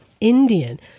Indian